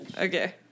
Okay